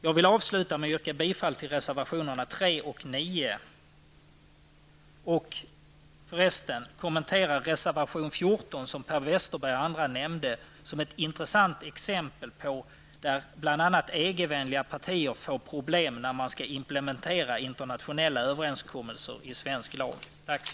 Jag vill avsluta med att yrka bifall till reservationerna 3 och 9. Förresten vill jag nämna reservation 14, som Per Westerberg m.fl. nämnde, som ett intressant exempel på hur EG-vänliga partier får problem när internationella överenskommelser skall implementeras i svensk lag. Tack.